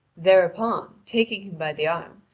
thereupon, taking him by the arm,